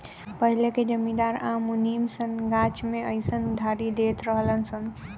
पहिले के जमींदार आ मुनीम सन गाछ मे अयीसन उधारी देत रहलन सन